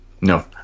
no